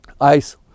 ice